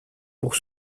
pour